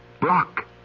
Brock